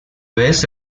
vez